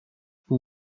vous